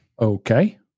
Okay